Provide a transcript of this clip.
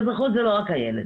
ואזרחות זה לא רק הילד.